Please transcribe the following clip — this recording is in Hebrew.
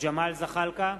ג'מאל זחאלקה,